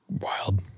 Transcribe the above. wild